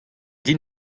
din